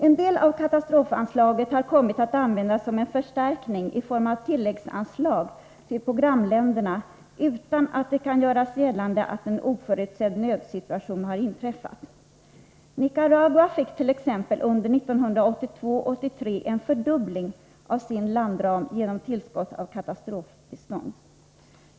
En del av katastrofanslaget har kommit att användas som en förstärkning i form av tilläggsanslag till programländerna utan att det kan göras gällande att en oförutsedd nödsituation har inträtt. Nicaragua fick t.ex. under 1982/83 en fördubbling av sin landram genom tillskott av katastrofbistånd.